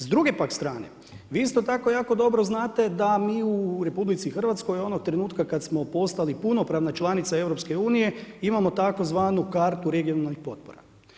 S druge pak strane, vi isto tako jako dobro znate da mi u RH onog trenutka kad smo postali punopravna članica EU-a, imamo tzv. kartu regionalnu potpora.